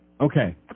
Okay